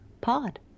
pod